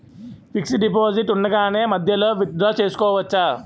Fixed deposit ఉండగానే మధ్యలో withdraw చేసుకోవచ్చా?